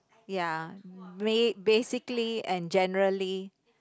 ya make basically and generally